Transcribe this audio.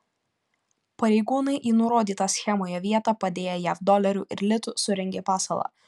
pareigūnai į nurodytą schemoje vietą padėję jav dolerių ir litų surengė pasalą